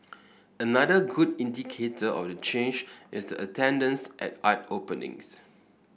another good indicator of the change is the attendance at art openings